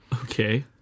Okay